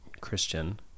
Christian